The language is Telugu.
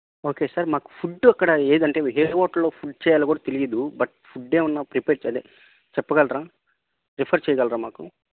ఓకే సార్ మాకు ఫుడ్డు అక్కడ ఏదంటే ఏ హోటల్లో ఫుడ్ చెయ్యాలో కూడా తెలీదు బట్ ఫుడ్ ఏమైనా ప్రిపేర్ చేయ అదే చెప్పగలరా రిఫర్ చెయ్యగలరా మాకు